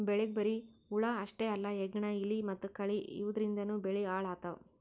ಬೆಳಿಗ್ ಬರಿ ಹುಳ ಅಷ್ಟೇ ಅಲ್ಲ ಹೆಗ್ಗಣ, ಇಲಿ ಮತ್ತ್ ಕಳಿ ಇವದ್ರಿಂದನೂ ಬೆಳಿ ಹಾಳ್ ಆತವ್